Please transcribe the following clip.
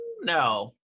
No